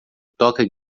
toca